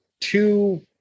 two